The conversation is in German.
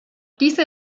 diese